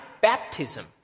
baptism